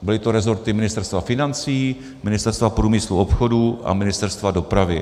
Byly to rezorty Ministerstva financí, Ministerstva průmyslu a obchodu a Ministerstva dopravy.